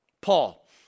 Paul